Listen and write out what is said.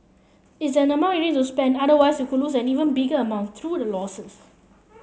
it's an amount you needs to spend otherwise who lose an even bigger amount through the losses